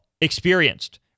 Experienced